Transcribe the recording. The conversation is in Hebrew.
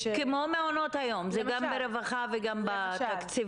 כמו מעונות היום זה גם ברווחה וגם בתקציבים.